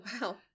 wow